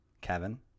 Kevin